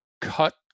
cut